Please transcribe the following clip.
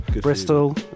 Bristol